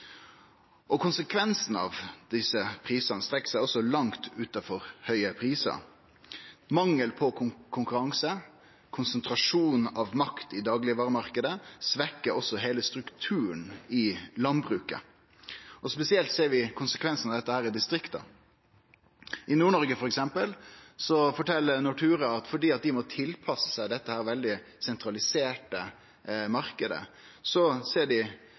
av desse prisane strekkjer seg langt utanfor høge prisar. Mangel på konkurranse og konsentrasjon av makt i daglegvaremarknaden svekkjer også heile strukturen i landbruket. Vi ser konsekvensane av dette spesielt i distrikta. I Nord-Noreg, f.eks., fortel Nortura at fordi dei må tilpasse seg denne veldig sentraliserte marknaden, ser dei